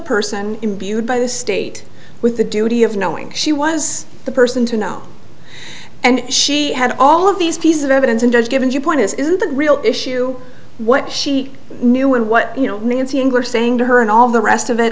person imbued by the state with the duty of knowing she was the person to know and she had all of these pieces of evidence and has given you point is the real issue what she knew and what you know nancy english saying to her and all the rest of it